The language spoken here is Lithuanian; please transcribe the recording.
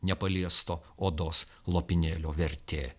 nepaliesto odos lopinėlio vertė